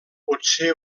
potser